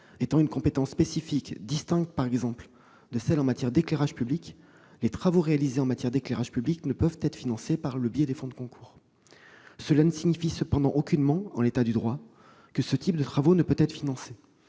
étant une compétence spécifique, distincte par exemple de celle en matière d'éclairage public, les travaux réalisés en matière d'éclairage public ne peuvent en effet être financés par le biais des fonds de concours. Cela ne signifie cependant aucunement que ce type de travaux ne peut être financé.